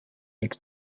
its